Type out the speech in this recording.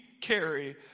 carry